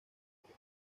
que